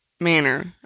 manner